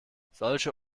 solche